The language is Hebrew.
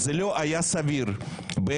זה לא היה סביר ב-1999,